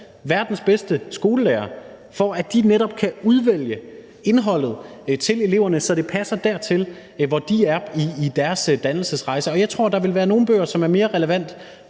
verdens bedste skolelærere – for at de netop kan udvælge indholdet til eleverne, så det passer dertil, hvor de er i deres dannelsesrejse. Jeg tror, der vil være nogle bøger, som er mere relevante